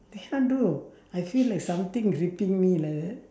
they can't do I feel like something gripping me like that